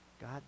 God